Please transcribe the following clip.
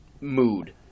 mood